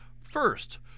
First